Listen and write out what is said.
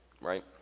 right